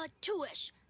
two-ish